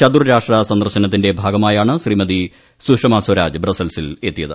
ചതൂർരാഷ്ട്ര സന്ദർശനത്തിന്റെ ഭാഗമായാണ് ശ്രീമതി സുഷമ സ്വരാജ് ബ്രസ്സൽസിൽ എത്തിയത്